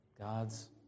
God's